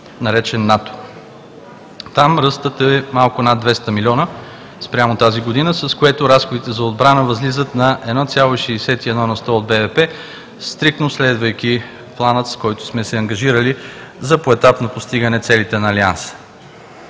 наречен НАТО. Там ръстът е малко над 200 милиона спрямо тази година, с което разходите за отбрана възлизат на 1,61 на сто от БВП, стриктно следвайки плана, с който сме се ангажирали за поетапно постигане целите на Алианса.